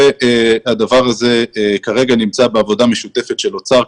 והדבר הזה כרגע נמצא בעבודה משותפת של האוצר,